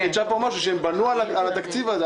היא חידשה פה משהו שהם בנו על התקציב הזה,